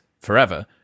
forever